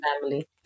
family